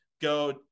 go